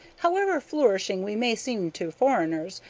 however flourishing we may seem to foreigners,